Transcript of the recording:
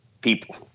people